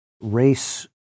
race